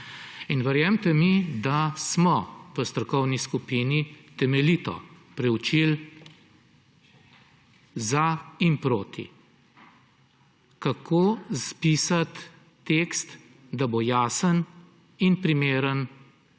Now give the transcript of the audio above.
In verjemite mi, da smo v strokovni skupini temeljito preučili »za« in »proti«, kako spisati tekst, da bo jasen in primeren